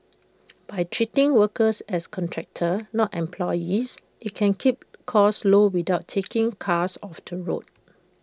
by treating workers as contractors not employees IT can keep costs low without taking cars off the road